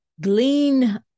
Glean